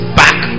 back